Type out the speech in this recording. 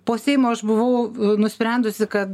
po seimo aš buvau nusprendusi kad